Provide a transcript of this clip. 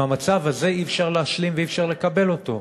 עם המצב הזה אי-אפשר להשלים ואי-אפשר לקבל אותו.